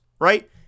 right